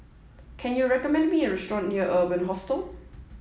can you recommend me a restaurant near Urban Hostel